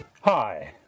Hi